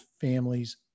families